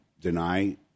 deny